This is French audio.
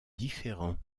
différent